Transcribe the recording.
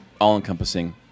all-encompassing